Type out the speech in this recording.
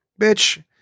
bitch